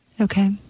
okay